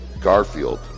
Garfield